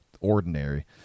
ordinary